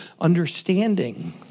understanding